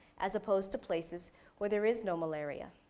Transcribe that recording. as opposed to places where there is no malaria.